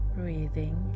breathing